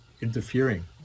interfering